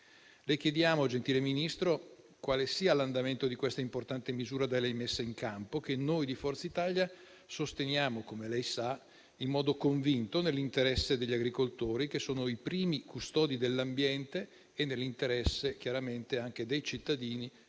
Le chiediamo, gentile Ministro, quale sia l'andamento di questa importante misura da lei messa in campo, che noi di Forza Italia sosteniamo - come lei sa - in modo convinto nell'interesse degli agricoltori, che sono i primi custodi dell'ambiente, e nell'interesse chiaramente anche dei cittadini,